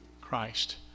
Christ